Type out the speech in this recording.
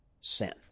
sin